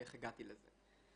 איך הגעתי לזה.